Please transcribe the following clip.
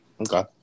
Okay